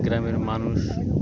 গ্রামের মানুষ